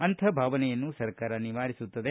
ಅಂಥಹ ಭಾವನೆಯನ್ನು ಸರ್ಕಾರ ನಿವಾರಿಸುತ್ತದೆ